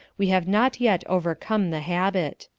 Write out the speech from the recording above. we have not yet overcome the habit.